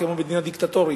כמו במדינה דיקטטורית,